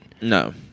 No